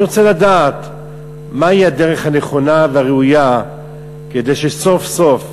אני רוצה לדעת מהי הדרך הנכונה והראויה כדי שסוף-סוף,